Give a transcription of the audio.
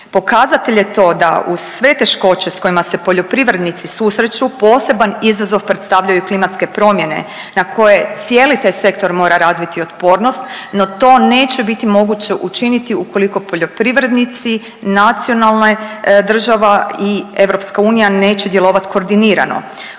Pokazatelj je to da uz sve teškoće s kojima se poljoprivrednici susreću poseban izazov predstavljaju klimatske promjene na koje cijeli taj sektor mora razviti otpornost no to neće biti moguće učiniti ukoliko poljoprivrednici, nacionalna država i EU neće djelovati koordinirano.